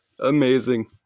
Amazing